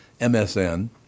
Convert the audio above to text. MSN